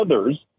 others